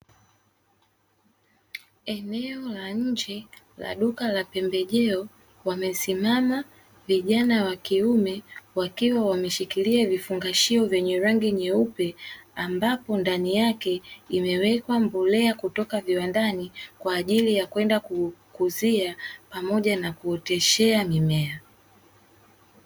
Eneo la nje la duka la pembejeo wamesimama vijana wa kiume wakiwa wameshikilia vifungashio vyenye rangi nyeupe ambapo ndani yake imewekwa mbolea kutoka viwandani kwa ajili ya kuenda kukuzia pamoja na kuoteshea mimea.